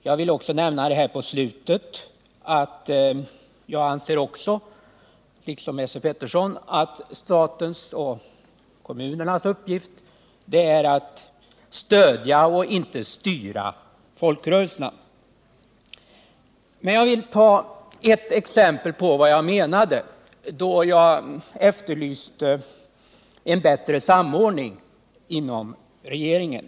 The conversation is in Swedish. Beträffande Esse Peterssons uttalande i slutet av sitt anförande vill jag säga att jag också anser att statens och kommunernas uppgift är att stödja och inte att styra folkrörelserna. Jag vill med ett exempel klargöra vad jag menade när jag efterlyste en bättre samordning inom regeringen.